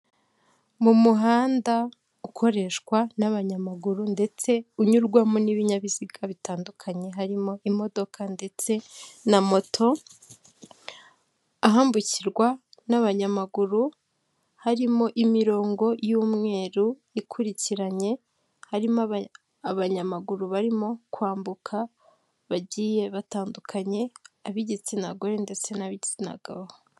Mu muhanda ukoreshwa n'abanyamaguru ndetse unyurwamo n'ibinyabiziga bitandukanye, harimo imodoka ndetse na moto ahambukirwa n'abanyamaguru harimo imirongo y'umweru ikurikiranye, harimo abanyamaguru barimo kwambuka bagiye batandukanye ab'igitsina gore ndetse nb'igitsina gabo.